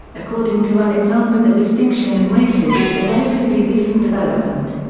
according to alexander the distinction in races is a relatively recent development.